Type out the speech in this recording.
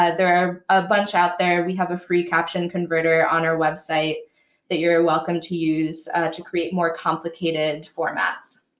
ah there are a bunch out there. we have a free caption converter on our website that you're welcome to use to create more complicated formats.